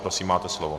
Prosím, máte slovo.